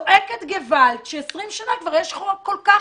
זועקת געוואלד ש-20 שנה כבר יש חוק כל כך